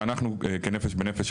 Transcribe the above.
שאנחנו כנפש בנפש,